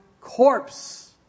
corpse